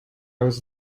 was